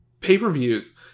pay-per-views